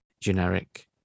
generic